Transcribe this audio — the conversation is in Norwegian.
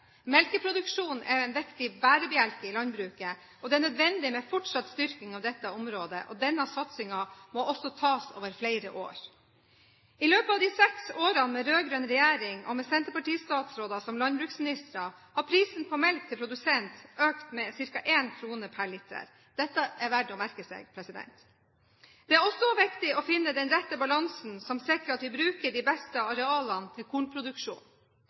Melkeproduksjon er en viktig bærebjelke i landbruket, og det er nødvendig med fortsatt styrking av dette området, og denne satsingen må også tas over flere år. I løpet av de seks årene med rød-grønn regjering og med senterpartistatsråder som landbruksministre, har prisen på melk til produsent økt med ca. 1 kr per liter. Dette er det verdt å merke seg. Det er også viktig å finne den rette balansen som sikrer at vi bruker de beste arealene til kornproduksjon.